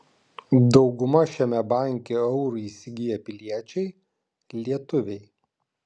dauguma šiame banke eurų įsigiję piliečiai lietuviai